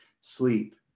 sleep